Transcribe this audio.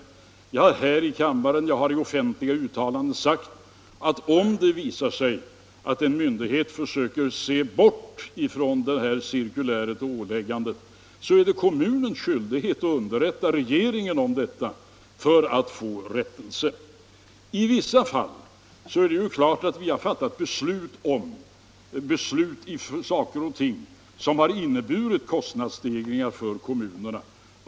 Jag har här i kammaren och i offentliga uttalanden sagt att om en myndighet försöker se bort från dessa anvisningar, så är det kommunens skyldighet att underrätta regeringen om detta förhållande för att få rättelse. Det är klart att vi i vissa fall har fattat beslut om saker och ting som inneburit kostnadsstegringar för kommunerna.